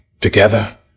together